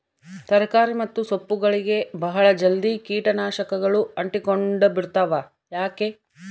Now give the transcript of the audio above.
ತರಕಾರಿ ಮತ್ತು ಸೊಪ್ಪುಗಳಗೆ ಬಹಳ ಜಲ್ದಿ ಕೇಟ ನಾಶಕಗಳು ಅಂಟಿಕೊಂಡ ಬಿಡ್ತವಾ ಯಾಕೆ?